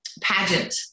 pageant